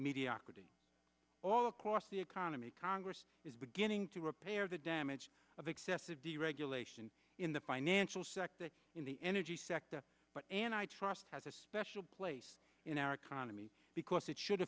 mediocrity all across the economy congress is beginning to repair the damage of excessive deregulation in the financial sector in the energy sector but and i trust has a special place in our economy because it should